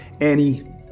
Annie